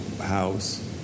house